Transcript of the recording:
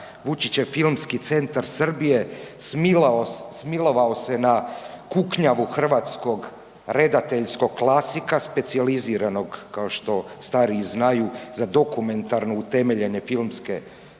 Vučićev Filmski centar Srbije smilovao se na kuknjavu hrvatskog redateljskog klasika specijaliziranog kao što stariji znaju za dokumentarno utemeljene filmske spektakle